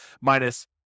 minus